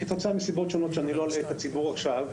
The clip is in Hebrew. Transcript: כתוצאה מסיבות שונות, ולא אלאה את הציבור עכשיו,